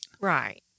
Right